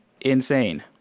insane